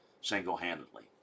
single-handedly